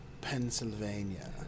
Pennsylvania